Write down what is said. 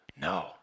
no